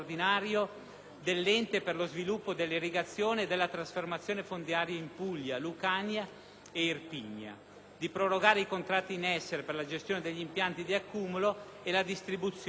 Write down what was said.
dell'Ente per lo sviluppo dell'irrigazione e della trasformazione fondiaria in Puglia, Lucania e Irpinia (EIPLI) di prorogare i contratti in essere per la gestione degli impianti di accumulo e la distribuzione dell'acqua.